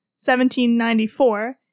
1794